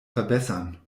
verbessern